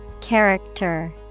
Character